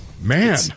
Man